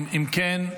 אם כן,